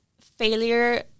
failure